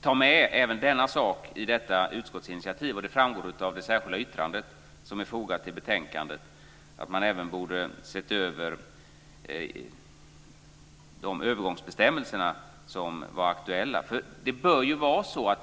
ta med även denna sak i utskottsinitiativet. Det framgår av det särskilda yttrandet som är fogat till betänkandet att även de aktuella övergångsbestämmelserna borde ha setts över.